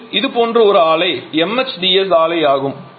மேலும் இதுபோன்ற ஒரு ஆலை MHDS ஆலை ஆகும்